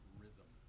rhythm